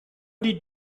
die